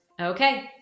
Okay